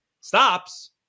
stops